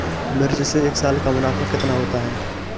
मिर्च से एक साल का मुनाफा कितना होता है?